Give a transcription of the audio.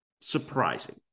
surprising